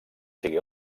sigui